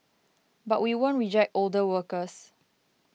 but we won't reject older workers